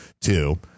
two